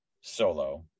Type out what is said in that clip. solo